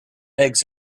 eggs